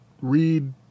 read